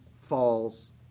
falls